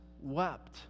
wept